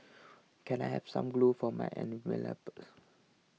can I have some glue for my envelopes